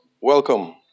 Welcome